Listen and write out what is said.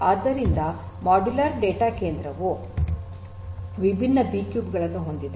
ಆದ್ದರಿಂದ ಈ modular data ಕೇಂದ್ರವು ವಿಭಿನ್ನ ಬಿಕ್ಯೂಬ್ ಗಳನ್ನು ಹೊಂದಿದೆ